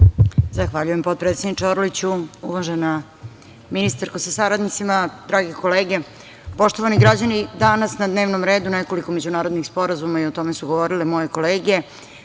Zahvaljujem potpredsedniče Orliću. Uvažena ministarko sa saradnicima, drage kolege, poštovani građani, danas na dnevnom redu nekoliko međunarodnih sporazuma i o tome su govorile moje kolege,